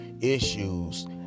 issues